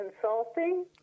Consulting